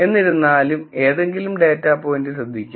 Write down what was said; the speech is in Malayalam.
എന്നിരുന്നാലും ഏതെങ്കിലും ഡാറ്റ പോയിന്റ് ശ്രദ്ധിക്കുക